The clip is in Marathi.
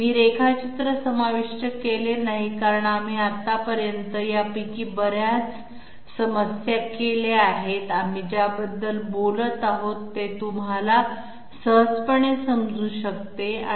मी रेखाचित्र समाविष्ट केले नाही कारण आम्ही आतापर्यंत यापैकी बऱ्याच समस्या केल्या आहेत आम्ही ज्याबद्दल बोलत आहोत ते तुम्हाला सहजपणे समजू शकेल